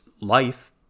life